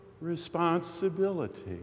responsibility